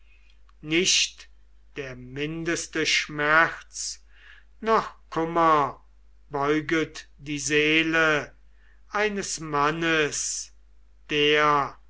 nicht der mindeste schmerz noch kummer beuget die seele eines mannes der